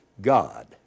God